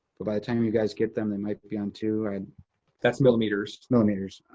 but by the time you guys get them, they might be on two. and that's millimeters. it's millimeters.